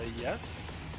yes